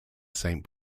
saint